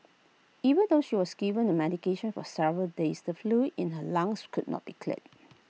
even though she was given the medication for several days the fluid in her lungs could not be cleared